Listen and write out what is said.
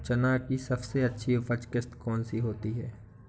चना की सबसे अच्छी उपज किश्त कौन सी होती है?